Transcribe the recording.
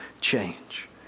change